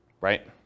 right